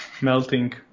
Melting